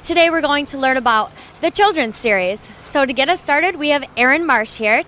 today we're going to learn about the children serious so to get us started we have aaron marsh here